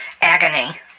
agony